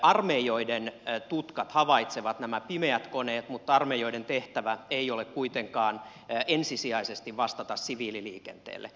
armeijoiden tutkat havaitsevat nämä pimeät koneet mutta armeijoiden tehtävä ei ole kuitenkaan ensisijaisesti vastata siviililiikenteelle